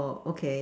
okay that